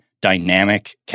dynamic